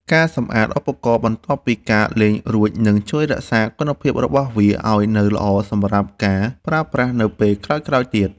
ការសម្អាតឧបករណ៍បន្ទាប់ពីការលេងរួចនឹងជួយរក្សាគុណភាពរបស់វាឱ្យនៅល្អសម្រាប់ការប្រើប្រាស់នៅពេលក្រោយៗទៀត។